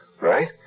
right